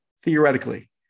Theoretically